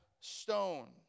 stone